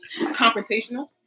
confrontational